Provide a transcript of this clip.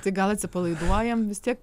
taip ne tai gal atsipalaiduojame vis tiek